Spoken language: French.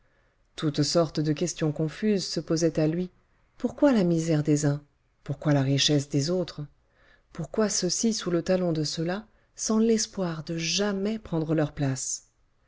toutes sortes de questions confuses se posaient à lui pourquoi la misère des uns pourquoi la richesse des autres pourquoi ceux-ci sous le talon de ceux-là sans l'espoir de jamais prendre leur place